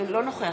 אינו נוכח